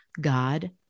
God